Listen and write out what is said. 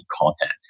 content